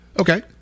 Okay